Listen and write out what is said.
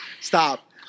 Stop